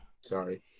Sorry